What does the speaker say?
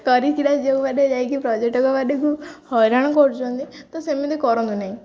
କରିିକିନା ଯେଉଁ ବାଟେ ଯାଇକି ପର୍ଯ୍ୟଟକ ବାଟକୁ ହଇରାଣ କରୁଛନ୍ତି ତ ସେମିତି କରନ୍ତୁ ନାହିଁ